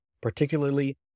particularly